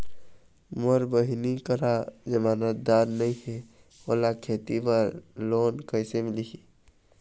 मोर बहिनी करा जमानतदार नई हे, ओला खेती बर लोन कइसे मिलही?